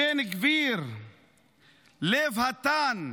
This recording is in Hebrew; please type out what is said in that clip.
בן גביר לב התן,